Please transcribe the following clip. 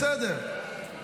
בסדר,